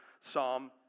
psalm